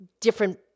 different